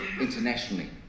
internationally